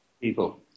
people